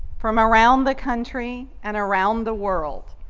from around the country and around the world,